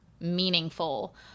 meaningful